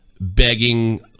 begging